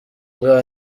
bwa